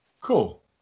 Cool